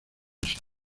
esa